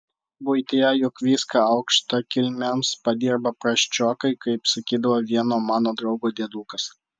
buityje juk viską aukštakilmiams padirba prasčiokai kaip sakydavo vieno mano draugo diedukas